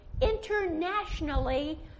internationally